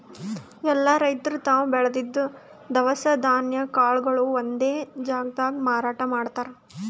ಎಲ್ಲಾ ರೈತರ್ ತಾವ್ ಬೆಳದಿದ್ದ್ ದವಸ ಧಾನ್ಯ ಕಾಳ್ಗೊಳು ಒಂದೇ ಜಾಗ್ದಾಗ್ ಮಾರಾಟ್ ಮಾಡ್ತಾರ್